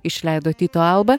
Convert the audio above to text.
išleido tyto alba